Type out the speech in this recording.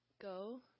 Go